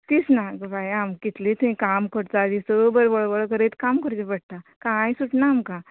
तीस ना गो बाय आमकां कितली थंय काम करता दिसभर वळवळ करीत काम करचे पडटा काय सुटना आमकां